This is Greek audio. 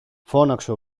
φώναξε